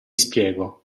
spiego